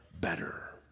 better